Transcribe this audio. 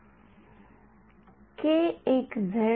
विद्यार्थीः सांगा की के १ आहे